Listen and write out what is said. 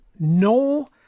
no